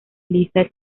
lisa